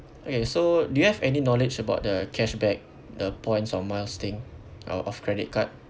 okay so do you have any knowledge about the cashback the points or miles thing of of credit card